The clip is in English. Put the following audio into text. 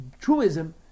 truism